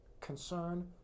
concern